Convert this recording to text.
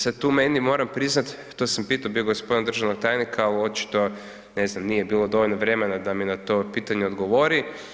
Sad tu meni, moram priznat, to sam pitao bio g. državnog tajnika, ali očito, ne znam, nije bilo dovoljno vremena da mi na to pitanje odgovori.